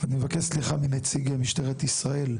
אני מבקש סליחה מנציג משטרת ישראל,